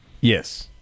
Yes